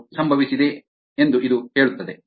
ಇದು ಸಂಭವಿಸಿದೆ ಎಂದು ಹೇಳೋಣ